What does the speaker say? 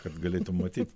kad galėtum matyt